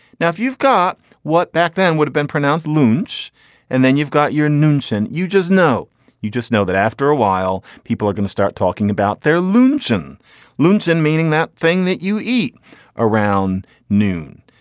now if you've got what back then would have been pronounced lunch and then you've got your noon show and you just know you just know that after a while people are going to start talking about their lunch and lunch and meeting that thing that you eat around noon.